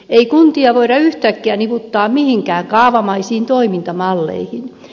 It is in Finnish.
ei kuntia voida yhtäkkiä niputtaa mihinkään kaavamaisiin toimintamalleihin